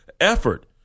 effort